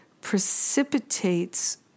precipitates